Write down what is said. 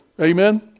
Amen